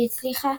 אם כי הצליחה